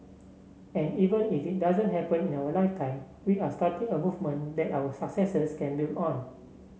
and even if it doesn't happen in our lifetime we are starting a movement that our successors can build on